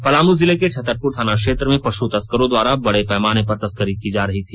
पलामू जिले के छतरपुर थाना क्षेत्र में पशु तस्करों द्वारा बड़े पैमाने पर तस्करी जा रही है